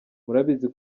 murabizi